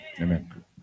Amen